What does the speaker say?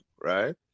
right